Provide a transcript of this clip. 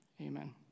Amen